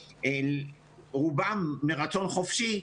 רובם מרצון חופשי,